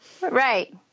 Right